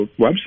website